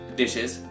dishes